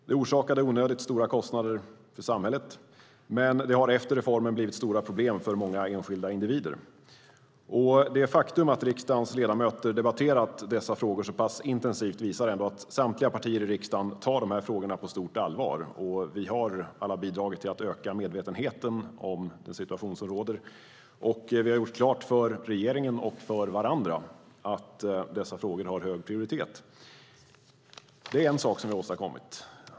Det orsakade onödigt stora kostnader för samhället. Men det har efter reformen blivit stora problem för många enskilda individer. Det faktum att riksdagens ledamöter debatterat dessa frågor så pass intensivt visar att samtliga partier i riksdagen tar dessa frågor på stort allvar. Vi har alla bidragit till att öka medvetenheten om den situation som råder och har gjort klart för regeringen och för varandra att dessa frågor har hög prioritet. Det är en sak som vi har åstadkommit.